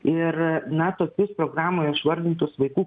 ir na tokius programoj išvardintus vaikų